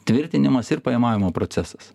tvirtinimas ir pajamavimo procesas